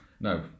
no